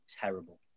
terrible